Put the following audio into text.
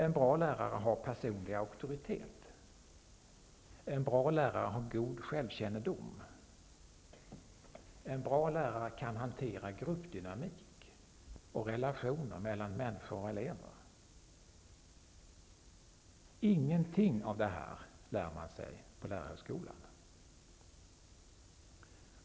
En bra lärare har personlig auktoritet, god självkännedom och kan hantera gruppdynamik och relationer mellan elever och lärare. Ingenting av detta lär man sig på lärarhögskolan.